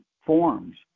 forms